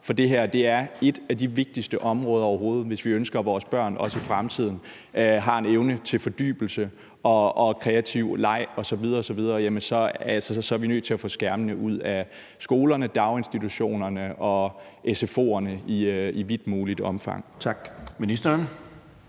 For det her er et af de vigtigste områder overhovedet. Hvis vi ønsker, at vores børn også i fremtiden har en evne til fordybelse og kreativ leg osv. osv., så er vi nødt til at få skærmene ud af skolerne, daginstitutionerne og sfo'erne, i videst muligt omfang. Tak. Kl.